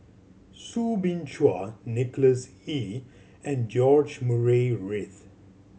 Soo Bin Chua Nicholas Ee and George Murray Reith